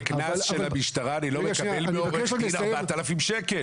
על קנס של המשטרה אני לא מקבל מעורך דין 4,000 שקל.